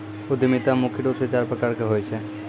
उद्यमिता मुख्य रूप से चार प्रकार के होय छै